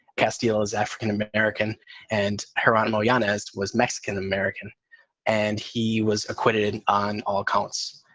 castiel is african-american and her aunt, mo yan, as was mexican-american, and he was acquitted on all counts.